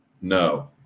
No